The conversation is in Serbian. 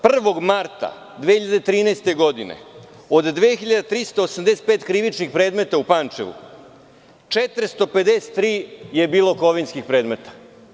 Prvog marta 2013. godine, od 2385 krivičnih predmeta u Pančevu, 453 je bilo kovinskih predmeta.